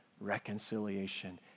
reconciliation